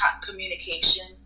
communication